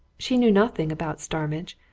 she knew nothing about starmidge,